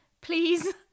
Please